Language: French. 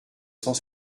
cent